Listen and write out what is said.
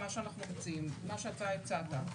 מה שאתה הצעת,